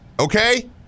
Okay